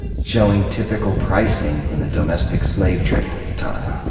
showing typical pricing in the domestic slave trade at the time.